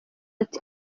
ati